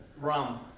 Rum